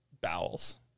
bowels